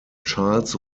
charles